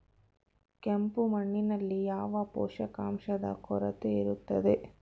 ಕೆಂಪು ಮಣ್ಣಿನಲ್ಲಿ ಯಾವ ಪೋಷಕಾಂಶದ ಕೊರತೆ ಇರುತ್ತದೆ?